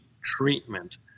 treatment